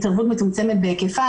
מצומצמת בהיקפה,